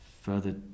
further